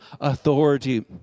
authority